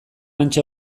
hantxe